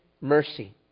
mercy